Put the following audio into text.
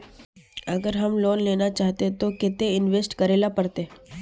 अगर हम लोन लेना चाहते तो केते इंवेस्ट करेला पड़ते?